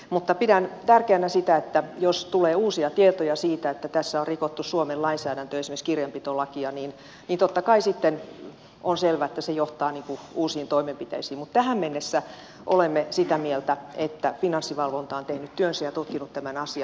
mutta pidän tärkeänä sitä että jos tulee uusia tietoja siitä että tässä on rikottu suomen lainsäädäntöä esimerkiksi kirjanpitolakia niin totta kai sitten on selvä että se johtaa uusiin toimenpiteisiin mutta tähän mennessä olemme sitä mieltä että finanssivalvonta on tehnyt työnsä ja tutkinut tämän asian